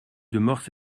demeurent